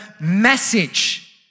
message